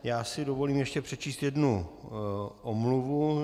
Já si dovolím ještě přečíst jednu omluvu.